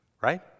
Right